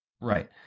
Right